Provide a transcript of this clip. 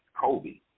Kobe